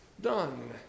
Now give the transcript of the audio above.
done